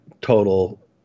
total